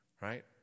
right